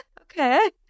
okay